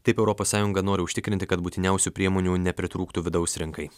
taip europos sąjunga nori užtikrinti kad būtiniausių priemonių nepritrūktų vidaus rinkai